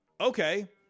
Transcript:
Okay